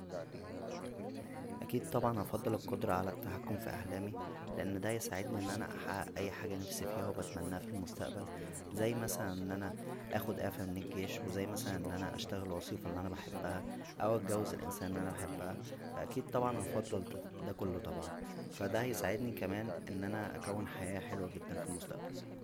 اكيد طبعا هفضل القدره على التحكم فى احلامى لان دا هيساعدنى ان انا احقق اى حاجه نفسى فيها و بتمناها فالمستقبل زى مثلا ان انا اخد اعفاء من الجيش وزى مثلا ان انا اشتغل الوظيفه اللى انا بحبها او اتجوز الانسانه اللى انا بحبها فا اكيد طبعا هفضل دا كله طبعا فا دا هيساعدنى كمان ان انا اكون حياه حلوه جدا فالمستقيل